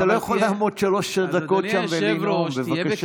אתה לא יכול לעמוד שלוש דקות שם ולנאום, בבקשה.